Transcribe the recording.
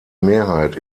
mehrheit